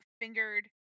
fingered